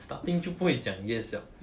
starting 就不会讲 yes liao